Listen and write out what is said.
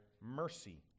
mercy